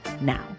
now